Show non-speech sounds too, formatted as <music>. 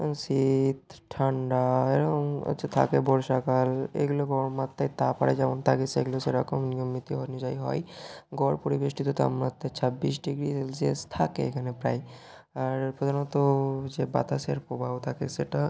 এবং শীত ঠান্ডা এরম হচ্ছে থাকে বর্ষাকাল এগুলো <unintelligible> তারপরে যেমন থাকে সেগুলো সেরকম নিয়মনীতি অনুযায়ী হয় গড় পরিবেষ্টিত তাপমাত্রা ছাব্বিশ ডিগ্রি সেলসিয়াস থাকে এখানে প্রায় আর প্রধাণত সে বাতাসের প্রবাহ থাকে সেটা